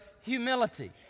humility